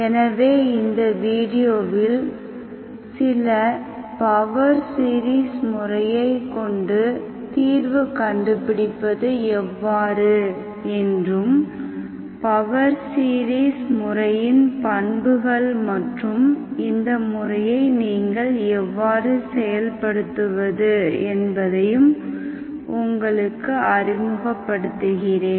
எனவே இந்த வீடியோவில் சில பவர் சீரிஸ் முறையை கொண்டு தீர்வு கண்டுபிடிப்பது எவ்வாறு என்றும் பவர் சீரிஸ் முறையின் பண்புகள் மற்றும் இந்த முறையை நீங்கள் எவ்வாறு செயல்படுத்துவது என்பதையும் உங்களுக்கு அறிமுகப்படுத்துகிறேன்